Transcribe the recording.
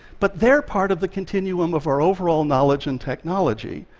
but they're part of the continuum of our overall knowledge and technology,